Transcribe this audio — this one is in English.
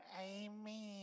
amen